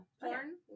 porn